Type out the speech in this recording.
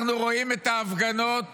אנחנו רואים את ההפגנות